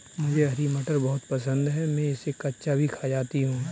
मुझे हरी मटर बहुत पसंद है मैं इसे कच्चा भी खा जाती हूं